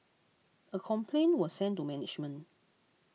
a complaint was sent to management